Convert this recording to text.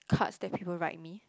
cards that people write me